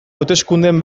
hauteskundeen